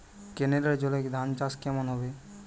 কেনেলের জলে ধানচাষ কেমন হবে?